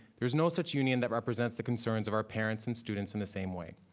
there is no such union that represents the concerns of our parents and students in the same way.